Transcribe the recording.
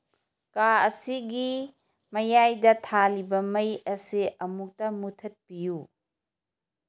ꯀꯥ ꯑꯁꯤꯒꯤ ꯃꯌꯥꯏꯗ ꯊꯥꯜꯂꯤꯕ ꯃꯩ ꯑꯁꯤ ꯑꯃꯨꯛꯇ ꯃꯨꯠꯊꯠꯄꯤꯌꯨ